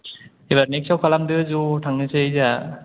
एबार नेक्सआव खालामदो ज' थांनोसै जोंहा